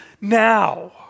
now